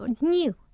new